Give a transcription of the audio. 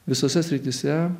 visose srityse